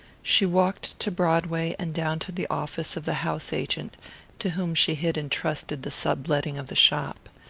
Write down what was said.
she walked to broadway and down to the office of the house-agent to whom she had entrusted the sub-letting of the shop.